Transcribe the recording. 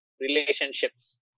relationships